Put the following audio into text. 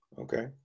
Okay